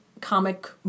comic